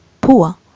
poor